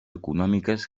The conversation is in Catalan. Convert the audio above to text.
econòmiques